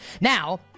Now